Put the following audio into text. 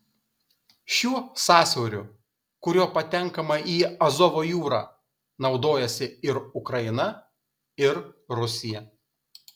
šiuo sąsiauriu kuriuo patenkama į azovo jūrą naudojasi ir ukraina ir rusija